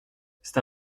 c’est